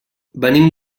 venim